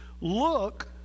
look